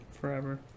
forever